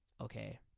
okay